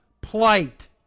plight